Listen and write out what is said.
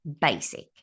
basic